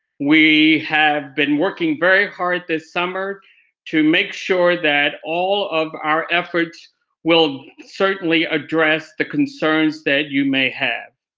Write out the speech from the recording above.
we have been working very hard this summer to make sure that all of our efforts will certainly address the concerns that you may have.